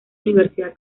universidad